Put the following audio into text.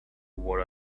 what